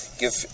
give